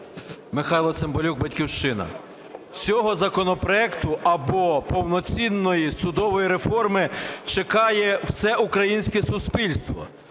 Михайло Цимбалюк, "Батьківщина". Цього законопроекту або повноцінної судової реформи чекає все українське суспільство,